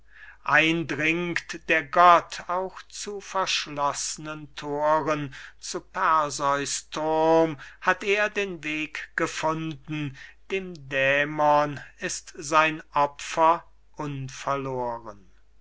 dringt der gott auch zu verschloßnen thoren zu perseus thurm hat er den weg gefunden dem dämon ist sein opfer